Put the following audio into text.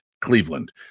Cleveland